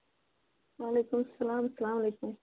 وعلیکُم سَلام اسلامُ علیکُم